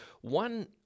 one